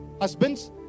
husbands